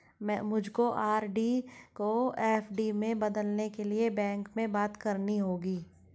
मुझको आर.डी को एफ.डी में बदलने के लिए बैंक में बात करनी होगी